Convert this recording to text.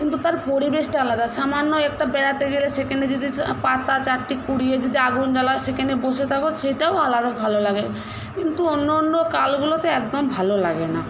কিন্তু তার পরিবেশটা আলাদা সামান্য একটা বেড়াতে গেলে সেখানে যদি পাতা চারটে কুড়িয়ে যদি আগুন জ্বালায় সেখানে বসে থাকো সেইটাও আলাদা ভালো লাগে কিন্তু অন্য অন্য কালগুলোতে একদম ভালো লাগে না